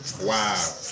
Wow